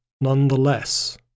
nonetheless